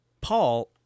Paul